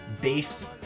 based